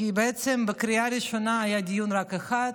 כי בעצם בקריאה ראשונה היה רק דיון אחד,